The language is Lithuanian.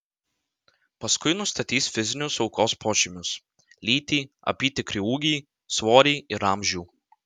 paskui nustatys fizinius aukos požymius lytį apytikrį ūgį svorį ir amžių